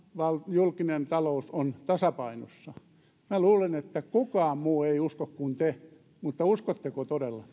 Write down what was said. julkinen talous on tasapainossa minä luulen että kukaan muu ei usko siihen kuin te mutta uskotteko te todella